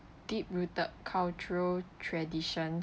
deep rooted cultural traditions